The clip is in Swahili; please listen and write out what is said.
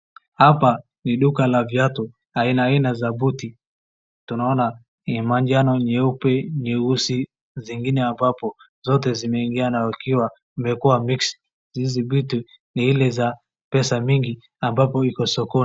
Hapa ni duka la viatu aina aina za buti. Tunaona ni manjano, nyeupe, nyeusi, zingine ya purple . Zote zimeingiana wakiwa zimekuwa mixed . Hizi vitu ni ile za pesa mingi ambapo iko sokoni.